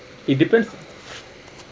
it depends